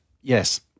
yes